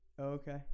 Okay